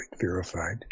verified